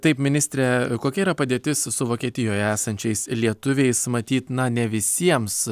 taip ministre kokia yra padėtis su vokietijoje esančiais lietuviais matyt na ne visiems